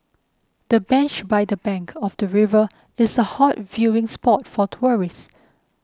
the bench by the bank of the river is a hot viewing spot for tourists